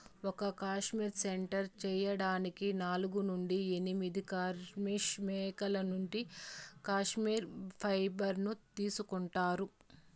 ఒక cashmere sweater చేయడానికి నాలుగు నుండి ఎనిమిది కష్మెరె మేకల నుండి కష్మెరె ఫైబర్ ను తీసుకుంటారు